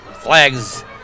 flags